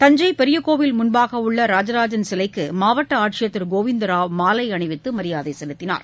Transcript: தஞ்சை பெரிய கோயில் முன்பாக உள்ள ராஜராஜன் சிலைக்கு மாவட்ட ஆட்சியர் திரு கோவிந்த ராவ் மாலை அணிவித்து மரியாதை செலுத்தினார்